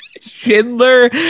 Schindler